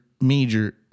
major